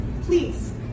Please